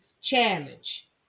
challenge